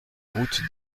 route